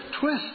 twist